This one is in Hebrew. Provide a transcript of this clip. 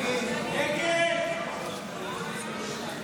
מטעם המדינה לסטודנטים במוסדות להשכלה גבוהה,